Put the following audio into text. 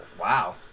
Wow